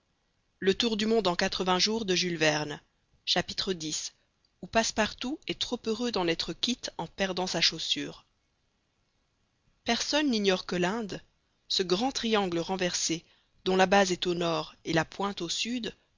x où passepartout est trop heureux d'en être quitte en perdant sa chaussure personne n'ignore que l'inde ce grand triangle renversé dont la base est au nord et la pointe au sud